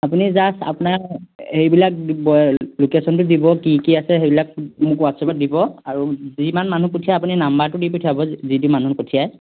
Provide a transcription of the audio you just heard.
আপুনি জাষ্ট আপোনাৰ হেৰিবিলাক লোকেশ্যনটো দিব কি কি আছে সেইবিলাক মোক হোৱাটছআপত দিব আৰু যিমান মানুহ পঠিয়াই আপুনি নাম্বাৰটো দি পঠিয়াব যিজন মানুহ পঠিয়াই